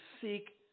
seek